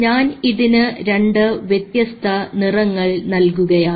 ഞാൻ ഇതിന് രണ്ടു വ്യത്യസ്ത നിറങ്ങൾ നൽകുകയാണ്